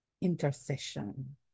intercession